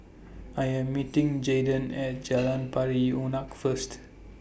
I Am meeting Jaydon At Jalan Pari Unak First